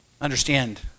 Understand